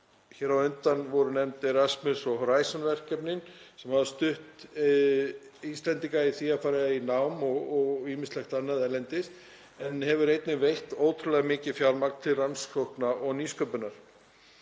Hér á undan voru nefnd Erasmus- og Horizon-verkefnin sem hafa stutt Íslendinga í því að fara í nám og ýmislegt annað erlendis en hafa einnig veitt ótrúlega mikið fjármagn til rannsókna og nýsköpunar.